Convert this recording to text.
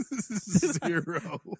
Zero